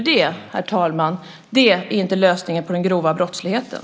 Det, herr talman, är inte lösningen på den grova brottsligheten.